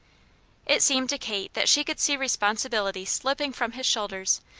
it seemed to kate that she could see responsibility slipping from his shoulders,